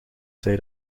zei